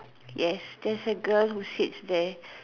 yes there's a girl who sits there